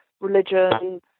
religion